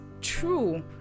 true